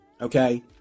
okay